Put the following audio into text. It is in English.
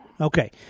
okay